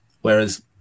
Whereas